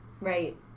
Right